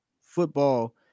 Football